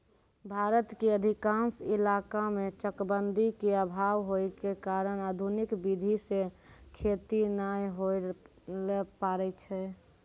भारत के अधिकांश इलाका मॅ चकबंदी के अभाव होय के कारण आधुनिक विधी सॅ खेती नाय होय ल पारै छै